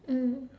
mm